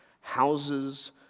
houses